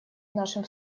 нашим